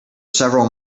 several